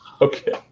Okay